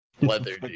leather